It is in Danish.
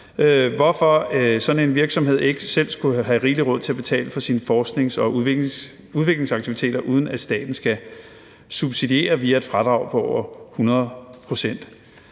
på ca. 36, ikke selv skulle have rigelig råd til at betale for sine forsknings- og udviklingsaktiviteter, uden at staten skal subsidiere via et fradrag på over 100 pct.